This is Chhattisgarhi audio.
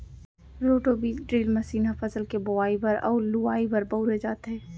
रोटो बीज ड्रिल मसीन ह फसल के बोवई बर अउ लुवाई बर बउरे जाथे